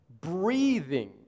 breathing